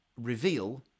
reveal